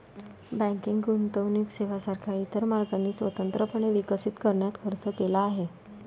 banking गुंतवणूक सेवांसारख्या इतर मार्गांनी स्वतंत्रपणे विकसित करण्यात खर्च केला आहे